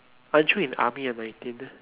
went through in army in nineteen